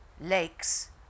lakes